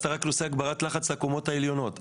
רק עושים הגברת לחץ לקומות העליונות.